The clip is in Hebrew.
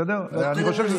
אני לא הפרעתי.